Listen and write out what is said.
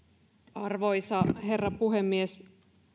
arvoisa herra puhemies